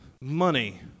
money